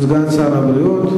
סגן שר הבריאות.